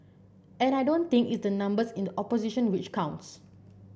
and I don't think it's the numbers in the opposition which counts